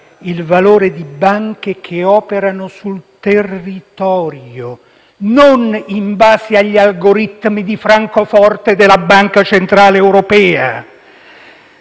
il valore di banche che operano sul territorio, non in base agli algoritmi di Francoforte della Banca centrale europea.